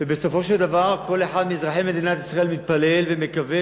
ובסופו של דבר כל אחד מאזרחי מדינת ישראל מתפלל ומקווה